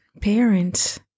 parents